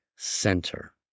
Center